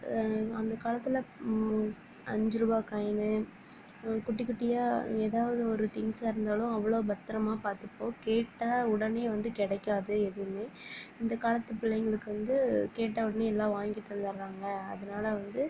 அந்த காலத்தில் அஞ்சுரூபா காயினு குட்டி குட்டியாக ஏதாவது ஒரு திங்ஸ்ஸாக இருந்தாலும் அவ்வளோ பத்திரமா பார்த்துப்போம் கேட்டால் உடனே வந்து கிடைக்காது எதுவுமே இந்த காலத்து பிள்ளைங்களுக்கு வந்து கேட்ட உடனே எல்லாம் வாங்கி தந்துடுறாங்க அதனால வந்து